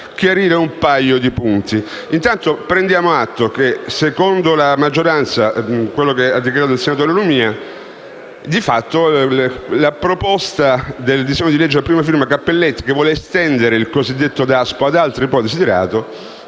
chiarire un paio di punti. Intanto prendiamo atto che secondo la maggioranza, da quanto si evince dall'intervento del senatore Lumia, di fatto la proposta del disegno di legge a prima firma Cappelletti che vuole estendere il cosiddetto DASPO ad altre ipotesi di reato